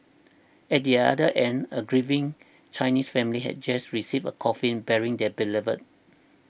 at the other end a grieving Chinese family had just received a coffin bearing their beloved